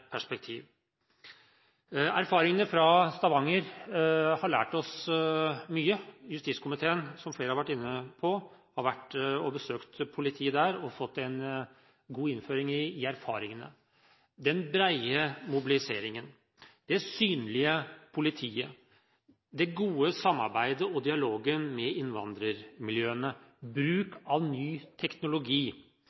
perspektiv. Erfaringene fra Stavanger har lært oss mye. Justiskomiteen har – som flere har vært inne på – besøkt politiet der og fått en god innføring i erfaringene. Den brede mobiliseringen, det synlige politiet, det gode samarbeidet og dialogen med innvandrermiljøene, bruk